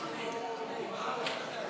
התקבלה.